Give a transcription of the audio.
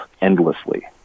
endlessly